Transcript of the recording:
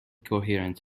coherent